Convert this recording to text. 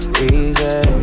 Easy